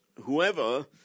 whoever